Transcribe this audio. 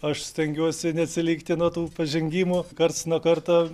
aš stengiuosi neatsilikti nuo tų pažengimų karts nuo karto